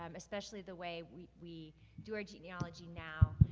um especially the way we we do our genealogy now,